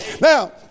Now